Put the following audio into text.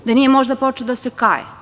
Da nije možda počeo da se kaje?